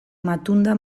matunda